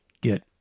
get